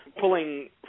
pulling